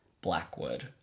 Blackwood